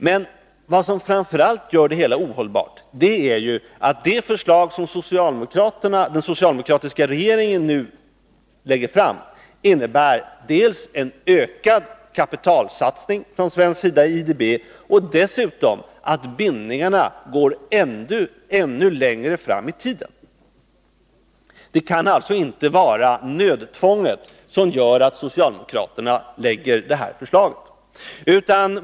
Men vad som framför allt gör det hela ohållbart är att det förslag som den socialdemokratiska regeringen nu lägger fram innebär, förutom att man från svensk sida gör en ökad kapitalsatsning i IDB, att bindningarna går ännu längre fram i tiden. Det kan alltså inte vara nödtvånget som gör att socialdemokraterna lägger fram det här förslaget.